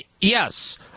yes